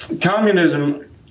Communism